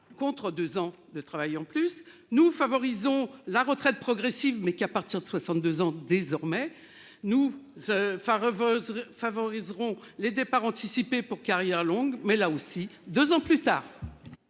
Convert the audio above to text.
contre 2 ans de travail en plus. Nous favorisons la retraite progressive mais qu'à partir de 62 ans. Désormais nous. Enfin. Favoriseront les départs anticipés pour carrière longue mais là aussi, 2 ans plus tard.